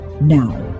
now